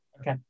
Okay